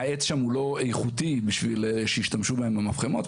העץ שם הוא לא איכותי בשביל שישתמשו בהם במפחמות,